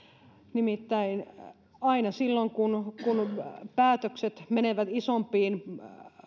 nimittäin aina silloin kun kun päätökset menevät isompiin